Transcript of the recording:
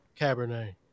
Cabernet